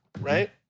right